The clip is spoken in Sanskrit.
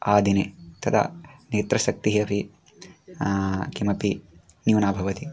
आदिनं तदा नेत्रशक्तिः अपि कापि न्यूना भवति